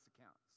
accounts